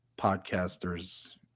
podcasters